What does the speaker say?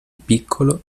piccolo